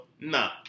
nah